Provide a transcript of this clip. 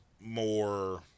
more